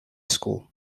school